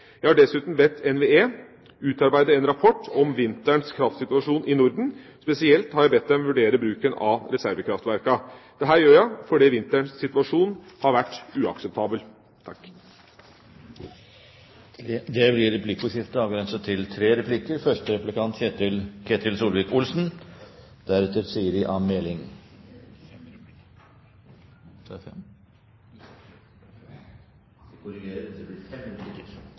Jeg har dessuten bedt NVE utarbeide en rapport om vinterens kraftsituasjon i Norden. Spesielt har jeg bedt dem vurdere bruken av reservekraftverkene. Dette gjør jeg fordi vinterens situasjon har vært uakseptabel. Det blir replikkordskifte.